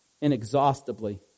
inexhaustibly